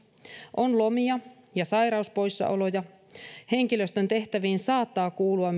on lomia ja sairauspoissaoloja henkilöstön tehtäviin saattaa kuulua